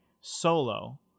solo